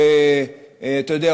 אתה יודע,